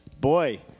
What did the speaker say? boy